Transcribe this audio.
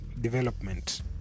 development